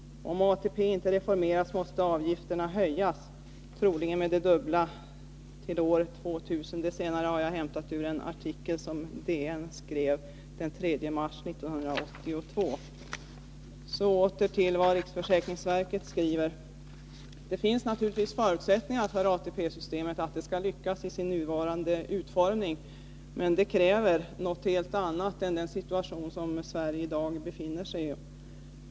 Om ATP inte reformeras måste avgifterna höjas, troligen med det dubbla till år 2000.” Det senare har jag hämtat ur en artikel i Dagens Nyheter den 3 mars 1982. Därefter återgår jag till vad riksförsäkringsverket skriver. De skriver att det naturligtvis finns förutsättningar för att ATP-systemet skall lyckas i sin nuvarande utformning, men det kräver något helt annat än den situation som Sverige i dag befinner sig i.